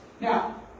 Now